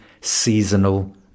seasonal